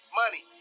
money